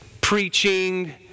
preaching